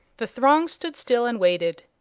the throng stood still and waited.